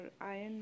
iron